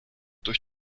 durch